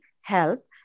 help